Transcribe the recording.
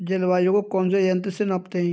जलवायु को कौन से यंत्र से मापते हैं?